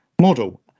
model